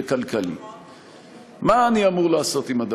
עוד